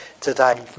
today